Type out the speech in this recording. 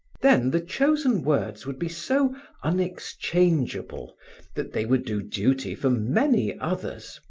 then the chosen words would be so unexchangeable that they would do duty for many others,